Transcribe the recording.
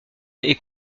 est